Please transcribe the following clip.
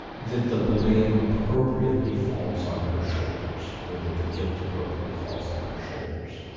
that the blame appropriately falls on her shoulders, or that the guilt appropriately falls on her shoulders.